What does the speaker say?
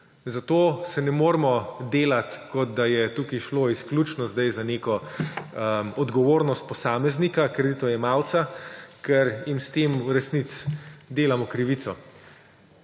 Zato se ne moremo delati, kot da je tu šlo izključno za neko odgovornost posameznika, kreditojemalca, ker jim s tem v resnici delamo krivico.